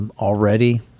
already